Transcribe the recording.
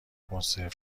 کنسرو